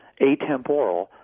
atemporal